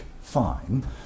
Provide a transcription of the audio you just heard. fine